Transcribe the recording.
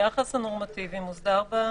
היחס הנורמטיבי מוסדר בסעיף.